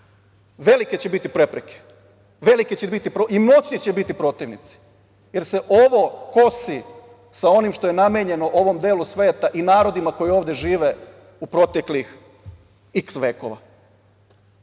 Velike će biti prepreke i moćni će biti protivnici, jer se ovo kosi sa onim što je namenjeno ovom delu sveta i narodima koji ovde žive u proteklih iks